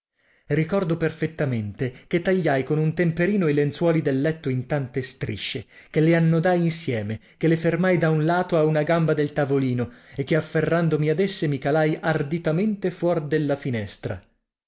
ricordo perfettamente che tagliai con un temperino i lenzuoli del letto in tante strisce che le annodai insieme che le fermai da un lato a una gamba del tavolino e che afferrandomi ad esse mi calai arditamente fuor della finestra